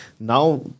Now